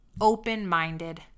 open-minded